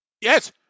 Yes